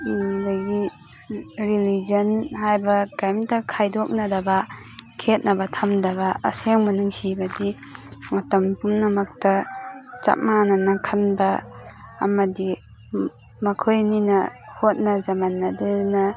ꯑꯗꯒꯤ ꯔꯤꯂꯤꯖꯟ ꯍꯥꯏꯕ ꯀꯩꯝꯇ ꯈꯥꯏꯗꯣꯛꯅꯗꯕ ꯈꯦꯠꯅꯕ ꯊꯝꯗꯕ ꯑꯁꯦꯡꯕ ꯅꯨꯡꯁꯤꯕꯗꯤ ꯃꯇꯝ ꯄꯨꯝꯅꯃꯛꯇ ꯆꯞ ꯃꯥꯟꯅꯅ ꯈꯟꯕ ꯑꯃꯗꯤ ꯃꯈꯣꯏ ꯑꯅꯤꯅ ꯍꯣꯠꯅꯖꯃꯟ ꯑꯗꯨꯅ